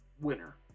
winner